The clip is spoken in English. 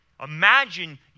Imagine